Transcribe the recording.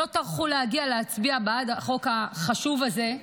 לא טרחו להגיע להצביע בעד החוק החשוב הזה,